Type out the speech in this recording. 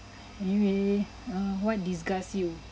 anyway uh what disgust you